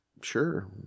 Sure